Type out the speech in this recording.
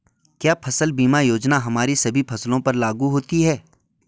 क्या फसल बीमा योजना हमारी सभी फसलों पर लागू होती हैं?